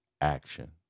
action